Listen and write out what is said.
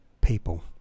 people